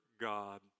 God